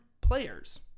players